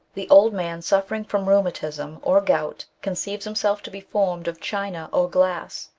the old man suffering from rheumatism or gout con ceives himself to be formed of china or glass,